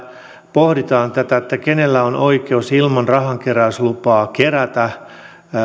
pohditaan tätä kenellä on oikeus ilman rahankeräyslupaa kerätä